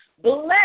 bless